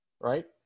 right